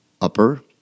Upper